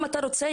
אם אתה רוצה,